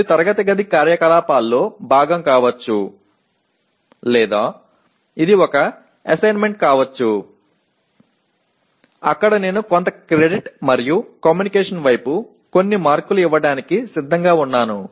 ఇది తరగతి గది కార్యకలాపాల్లో భాగం కావచ్చు లేదా ఇది ఒక అసైన్మెంట్ కావచ్చు అక్కడ నేను కొంత క్రెడిట్ మరియు కమ్యూనికేషన్ వైపు కొన్ని మార్కులు ఇవ్వడానికి సిద్ధంగా ఉన్నాను